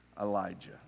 Elijah